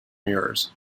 mirrors